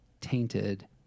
tainted